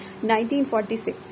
1946